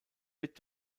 wird